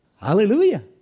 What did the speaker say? Hallelujah